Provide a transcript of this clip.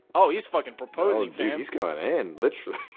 oh, he's fuckin' proposing, fam! he's going in, literally!